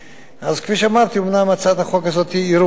כפי שאמרתי, אומנם הצעת החוק הזאת היא ראויה,